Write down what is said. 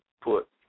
put